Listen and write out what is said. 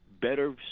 better